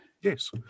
Yes